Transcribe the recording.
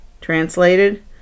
Translated